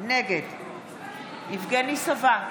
נגד יבגני סובה,